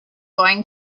going